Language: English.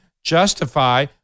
justify